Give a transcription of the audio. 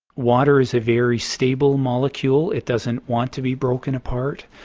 water is a very stable molecule. it doesn't want to be broken apart.